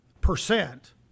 percent